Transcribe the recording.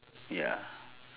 ya